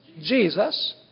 Jesus